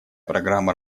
программа